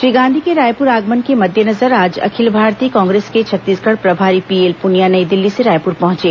श्री गांधी के रायपुर आगमन के मद्देनजर आज अखिल भारतीय कांग्रेस के छत्तीसगढ़ प्रभारी पीएल पुनिया नई दिल्ली से रायपुर पहुंचे